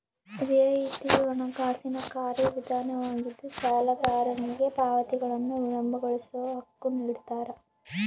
ರಿಯಾಯಿತಿಯು ಹಣಕಾಸಿನ ಕಾರ್ಯವಿಧಾನವಾಗಿದ್ದು ಸಾಲಗಾರನಿಗೆ ಪಾವತಿಗಳನ್ನು ವಿಳಂಬಗೊಳಿಸೋ ಹಕ್ಕು ನಿಡ್ತಾರ